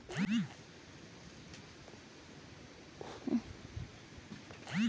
লোক অনেক ধরণের স্কিম পাচ্ছে